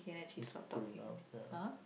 it's cool enough ya